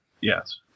Yes